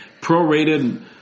prorated